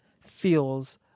feels